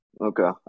Okay